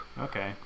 Okay